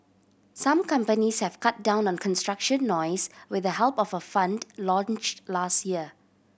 some companies have cut down on construction noise with the help of a fund launched last year